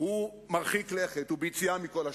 הוא מרחיק לכת, הוא ביציאה מכל השטחים.